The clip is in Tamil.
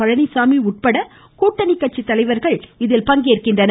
பழனிசாமி உட்பட கூட்டணி கட்சி தலைவர்கள் இதில் பங்கேற்கின்றனர்